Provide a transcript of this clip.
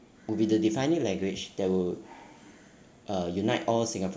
would be the defining language that would uh unite all singaporeans